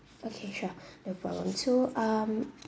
okay sure no problem so um